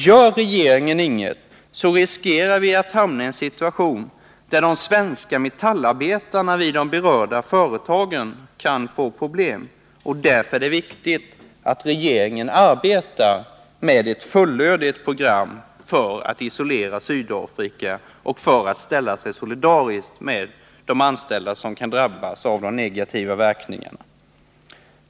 Om regeringen inget gör riskerar vi att hamna i en situation som innebär att de svenska metallarbetarna vid de berörda företagen kan få problem. Därför är det viktigt att regeringen arbetar med ett fullödigt program i syfte att isolera Sydafrika samt för att visa att man är solidarisk med de anställda som kan drabbas av de negativa verkningarna.